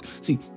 See